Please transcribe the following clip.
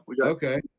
okay